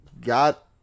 got